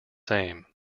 same